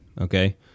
Okay